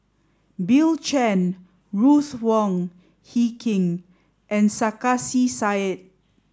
Bill Chen Ruth Wong Hie King and Sarkasi Said